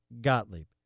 Gottlieb